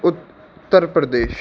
Uttar Pradesh